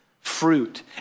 fruit